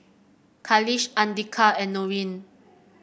Khalish Andika and Nurin